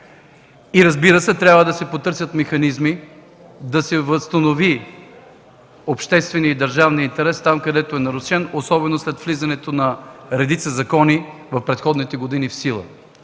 Разбира се, трябва да се потърсят механизми да се възстанови общественият и държавният интерес, където е нарушен, особено след влизането в сила на редица закони в предходните години,